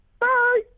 Bye